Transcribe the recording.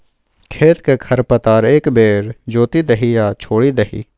खेतक खर पतार एक बेर जोति दही आ छोड़ि दही